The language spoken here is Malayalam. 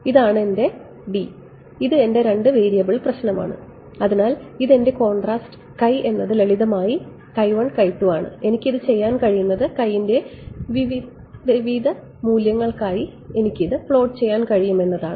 ഇതാണ് എന്റെ D ഇത് എന്റെ രണ്ട് വേരിയബിൾ പ്രശ്നമാണ് അതിനാൽ എന്റെ കോൺട്രാസ്റ്റ് എന്നത് ലളിതമായി ആണ് എനിക്ക് ചെയ്യാൻ കഴിയുന്നത് ൻറെ വ്യത്യസ്ത മൂല്യങ്ങൾക്കായി എനിക്ക് ഇത് പ്ലോട്ട് ചെയ്യാൻ കഴിയും എന്നതാണ്